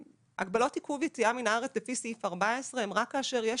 הגבלות עיכוב יציאה מן הארץ לפי סעיף 14 הן רק כאשר יש